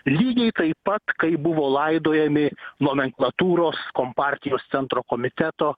lygiai taip pat kaip buvo laidojami nomenklatūros kompartijos centro komiteto